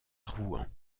rouen